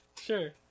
Sure